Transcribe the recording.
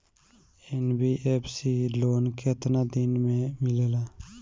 NBFC loan केतना दिन मे मिलेला?